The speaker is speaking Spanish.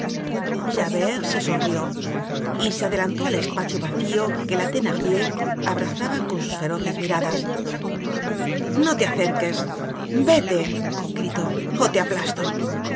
cobardes javert se sonrió y se adelantó al espacio vacío que la thenardier abrazaba con sus feroces miradas no le acerques vete gritó ó te aplasto